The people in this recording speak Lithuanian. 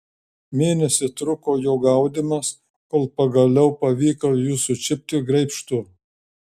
mėnesį truko jo gaudymas kol pagaliau pavyko jį sučiupti graibštu